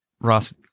Ross